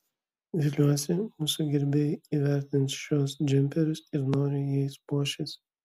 viliuosi mūsų gerbėjai įvertins šiuos džemperius ir noriai jais puošis